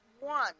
one